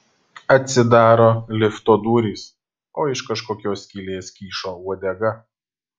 atsidaro lifto durys o iš kažkokios skylės kyšo uodega